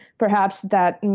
perhaps, that